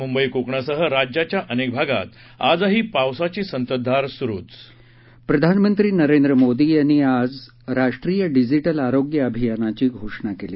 मुंबई कोकणासह राज्याच्या अनेक भागात आजही पावसाची संततधार सूरु प्रधानमंत्री नरेंद्र मोदी यांनी आज राष्ट्रीय डिजीटल आरोग्य अभियानाची घोषणा केली